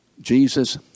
Jesus